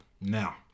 Now